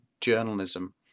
journalism